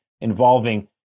involving